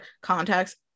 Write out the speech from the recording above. context